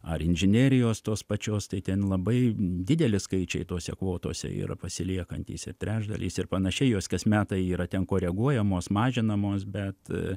ar inžinerijos tos pačios tai ten labai dideli skaičiai tose kvotose yra pasiliekantys ir trečdalis ir panašiai jos kas metai yra ten koreguojamos mažinamos bet